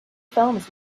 films